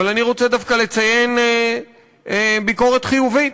אבל אני רוצה דווקא לציין ביקורת חיובית.